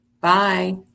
Bye